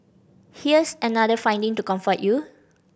here's another finding to comfort you